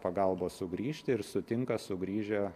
pagalbos sugrįžti ir sutinka sugrįžę